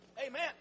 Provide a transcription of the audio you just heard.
Amen